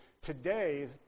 Today